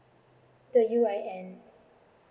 the U_R_N